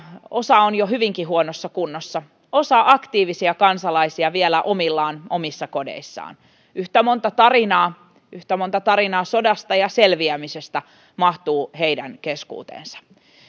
osa on jo hyvinkin huonossa kunnossa osa aktiivisia kansalaisia vielä omillaan omissa kodeissaan yhtä monta tarinaa yhtä monta tarinaa sodasta ja selviämisestä mahtuu heidän keskuuteensa